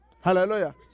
Hallelujah